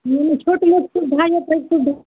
हूँ छोटमोट सूविधा यऽ तै सूविधा